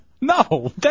No